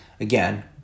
again